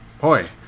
boy